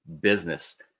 business